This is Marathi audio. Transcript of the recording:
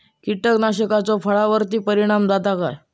कीटकनाशकाचो फळावर्ती परिणाम जाता काय?